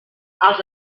els